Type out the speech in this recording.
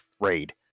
raid